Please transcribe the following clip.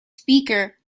speaker